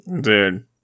Dude